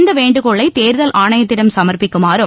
இந்த வேண்டுகோளை தேர்தல் ஆணையத்திடம் சமர்ப்பிக்குமாறும்